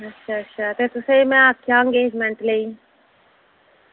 अच्छा अच्छा ते तुसेंगी में आक्खेआ हा अंगेज़मेंट ताईं